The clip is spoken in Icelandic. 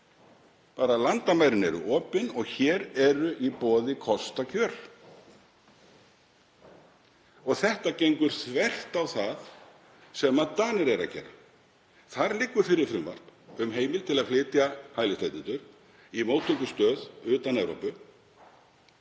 Landamærin eru opin og hér eru í boði kostakjör. Þetta gengur þvert á það sem Danir eru að gera. Þar liggur fyrir frumvarp um heimild til að flytja hælisleitendur í móttökustöð utan Evrópu